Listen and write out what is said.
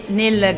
nel